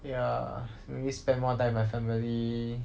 ya maybe spend more time with my family